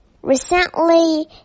Recently